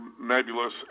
nebulous